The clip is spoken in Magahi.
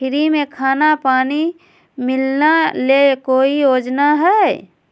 फ्री में खाना पानी मिलना ले कोइ योजना हय?